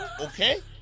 Okay